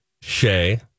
Shay